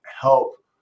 help